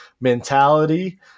mentality